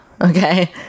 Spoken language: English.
okay